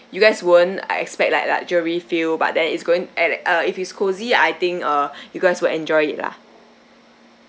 you guys won't expect like luxury feel but then it's going at uh if it's cozy I think uh you guys will enjoy it lah